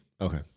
Okay